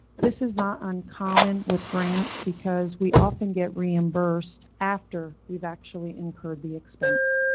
this is not uncommon with grants because we often get reimbursed after we've actually incurred the expense.